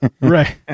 Right